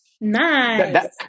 Nice